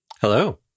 Hello